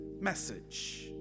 message